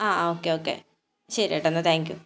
ആ okay okay ശരി ചേട്ടാ എന്നാൽ താങ്ക് യൂ